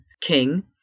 king